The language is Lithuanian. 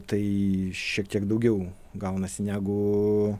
tai šiek tiek daugiau gaunasi negu